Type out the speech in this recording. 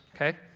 okay